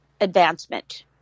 advancement